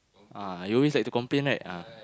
ah you always like to complain right ah